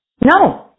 No